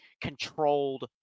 controlled